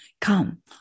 Come